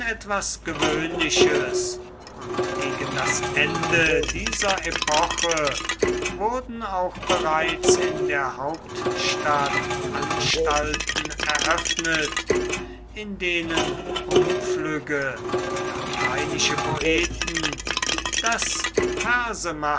etwas gewöhnliches und gegen das ende dieser epoche wurden auch bereits in der hauptstadt anstalten eröffnet in denen unflügge lateinische poeten das